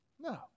No